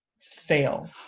fail